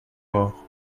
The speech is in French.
morts